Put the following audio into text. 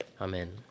Amen